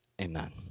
amen